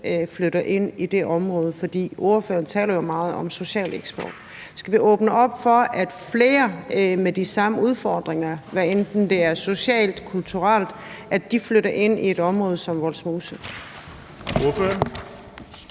flytter ind. For ordføreren taler jo meget om social eksport. Skal vi åbne op for, at flere med de samme udfordringer, hvad enten det er socialt eller kulturelt, flytter ind i et område som Vollsmose?